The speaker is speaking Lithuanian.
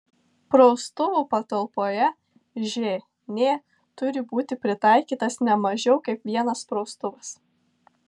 praustuvų patalpoje žn turi būti pritaikytas ne mažiau kaip vienas praustuvas